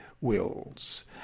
wills